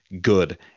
good